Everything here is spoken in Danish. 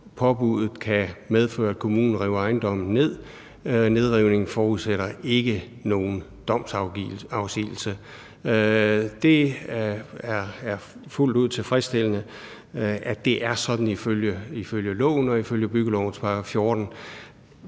Påbuddet kan medføre, at kommunen river ejendommen ned, og en nedrivning forudsætter ikke nogen domsafsigelse. Det er fuldt ud tilfredsstillende, at det er sådan ifølge loven og ifølge byggelovens § 14.